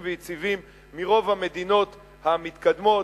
ויציבים משל רוב המדינות המתקדמות,